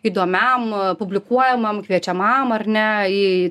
įdomiam publikuojamam kviečiamam ar ne į